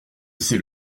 c’est